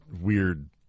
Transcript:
weird